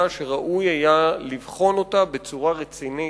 שראוי היה לבחון אותה בצורה רצינית,